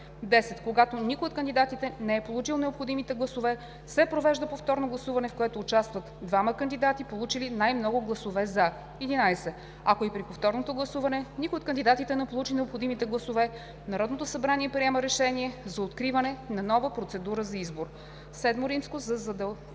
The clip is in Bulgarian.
10. Когато никой от кандидатите не получи необходимите гласове, се провежда повторно гласуване, в което участват двамата кандидати, получили най-много гласове „за“. 11. Ако и при повторното гласуване никой от кандидатите не получи необходимите гласове, Народното събрание приема решение за откриване на нова процедура за избор. VII. Задължение